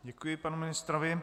Děkuji panu ministrovi.